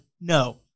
No